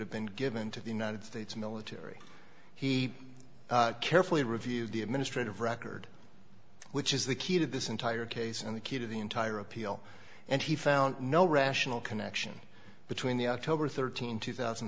given to the united states military he carefully reviewed the administrative record which is the key to this entire case and the key to the entire appeal and he found no rational connection between the october th two thousand